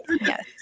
Yes